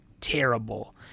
terrible